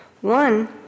One